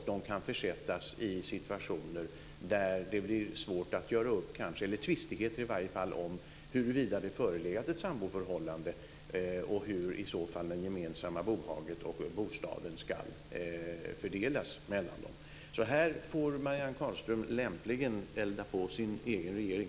De kan försättas i situationer där det kanske blir svårt att göra upp, eller i varje fall tvistigheter om huruvida det förelegat ett samboförhållande och hur i så fall det gemensamma bohaget och bostaden ska fördelas mellan dem. Här får Marianne Carlström lämpligen elda på sin egen regering.